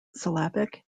syllabic